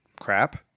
crap